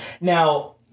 Now